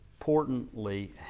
importantly